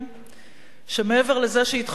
שמעבר לזה שהתחברתי להם אישית,